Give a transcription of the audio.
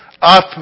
up